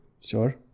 Sure